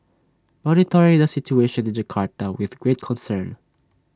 monitoring the situation in Jakarta with great concern